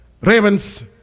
Ravens